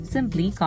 Simply